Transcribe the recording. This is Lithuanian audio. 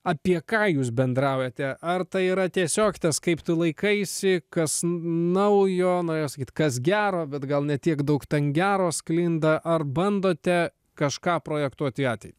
apie ką jūs bendraujate ar tai yra tiesiog tas kaip tu laikaisi kas naujo norėjau sakyt kas gero bet gal ne tiek daug gero sklinda ar bandote kažką projektuot į ateitį